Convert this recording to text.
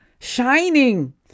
shining